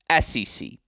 SEC